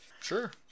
sure